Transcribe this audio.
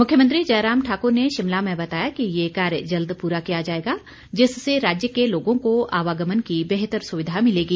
मुख्यमंत्री जयराम ठाकुर ने शिमला में बताया कि ये कार्य जल्द पूरा किया जाएगा जिससे राज्य के लोगों को आवागमन की बेहतर सुविधा मिलेगी